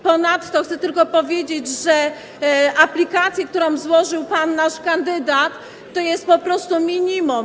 Ponadto chcę tylko powiedzieć, że aplikacja, którą złożył nasz kandydat, to jest po prostu minimum.